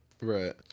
Right